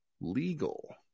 legal